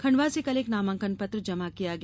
खंडवा में कल एक नामांकन पत्र जमा किया गया